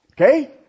Okay